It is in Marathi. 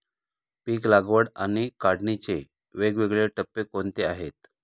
पीक लागवड आणि काढणीचे वेगवेगळे टप्पे कोणते आहेत?